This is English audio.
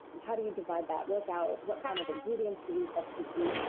and how do you divide that work out? what kind of ingredients do you substitute?